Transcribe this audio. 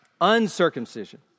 uncircumcision